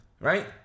right